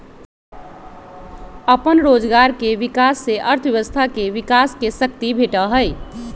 अप्पन रोजगार के विकास से अर्थव्यवस्था के विकास के शक्ती भेटहइ